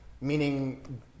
meaning